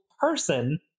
person